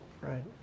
right